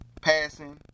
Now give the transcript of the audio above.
passing